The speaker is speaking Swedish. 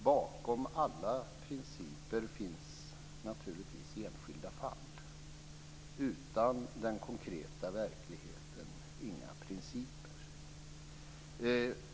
Fru talman! Bakom alla principer finns naturligtvis enskilda fall. Utan den konkreta verkligheten inga principer.